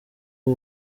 uwo